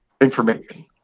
information